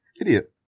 idiot